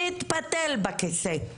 והתפתל בכיסא.